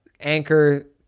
anchor